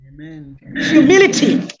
Humility